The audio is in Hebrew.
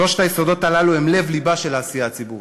שלושת היסודות הללו הם לב-לבה של העשייה הציבורית.